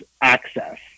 Access